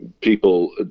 people